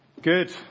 Good